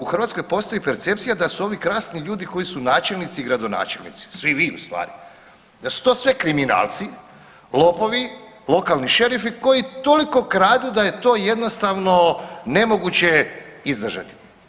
U Hrvatskoj postoji percepcija da su ovi krasni ljudi koji su načelnici i gradonačelnici, svi vi u stvari, da su to sve kriminalci, lopovi, lokalni šerifi koji toliko kradu da je to jednostavno nemoguće izdržati.